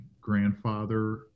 grandfather